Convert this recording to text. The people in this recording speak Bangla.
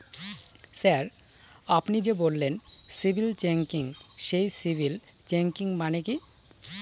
স্যার আপনি যে বললেন সিবিল চেকিং সেই সিবিল চেকিং মানে কি?